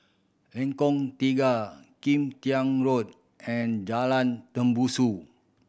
Lengkong Tiga Kim Tian Road and Jalan Tembusu